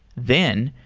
then,